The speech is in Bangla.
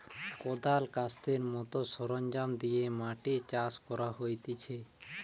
কদাল, কাস্তের মত সরঞ্জাম দিয়ে মাটি চাষ করা হতিছে